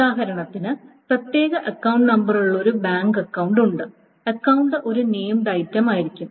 ഉദാഹരണത്തിന് പ്രത്യേക അക്കൌണ്ട് നമ്പറുള്ള ഒരു ബാങ്ക് അക്കൌണ്ട് അക്കൌണ്ട് ഒരു നേംഡ് ഐറ്റമായിരിക്കാം